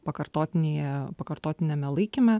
pakartotinėje pakartotiniame laikyme